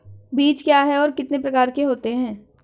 बीज क्या है और कितने प्रकार के होते हैं?